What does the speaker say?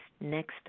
next